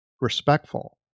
respectful